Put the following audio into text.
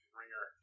ringer